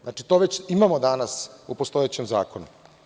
Znači, to već imamo danas u postojećem Zakonu.